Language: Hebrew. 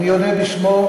אני עונה בשמו,